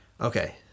Okay